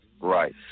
Right